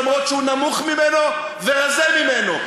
אף שהוא נמוך ממנו ורזה ממנו.